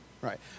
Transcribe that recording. Right